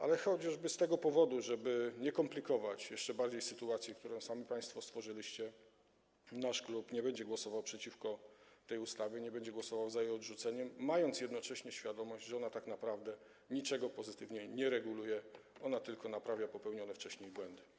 Ale chociażby z tego powodu, żeby nie komplikować jeszcze bardziej sytuacji, którą sami państwo stworzyliście, nasz klub nie będzie głosował przeciwko tej ustawie, nie będzie głosował za jej odrzuceniem, mając jednocześnie świadomość, że ona tak naprawdę niczego pozytywnie nie reguluje, ona tylko naprawia popełnione wcześniej błędy.